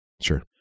Sure